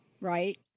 Right